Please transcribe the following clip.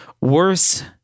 worse